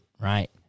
right